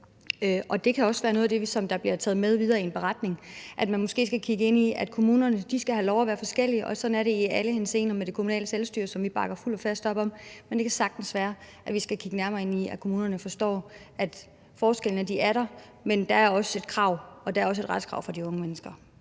Det kan også være noget af det, der bliver taget med videre i en beretning, at man måske skal kigge ind i, at kommunerne skal have lov at være forskellige. Sådan er det i alle henseender med det kommunale selvstyre, som vi bakker fuldt og fast op om, men det kan sagtens være, at vi skal kigge nærmere ind i, at kommunerne forstår, at forskellene er der, men at der også er et retskrav for de unge mennesker